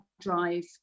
drive